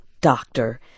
doctor